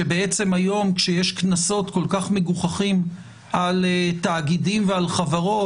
שהיום כשיש קנסות כל כך מגוחכים על תאגידים ועל חברות,